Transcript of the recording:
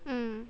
mm